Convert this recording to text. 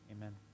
amen